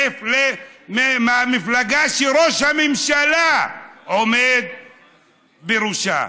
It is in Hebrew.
המפלגה שראש הממשלה עומד בראשה.